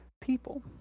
people